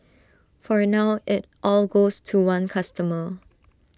for now IT all goes to one customer